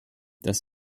dass